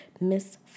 Miss